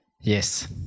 Yes